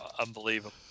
Unbelievable